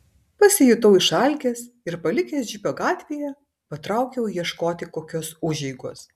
pasijutau išalkęs ir palikęs džipą gatvėje patraukiau ieškoti kokios užeigos